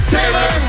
Taylor